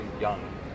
young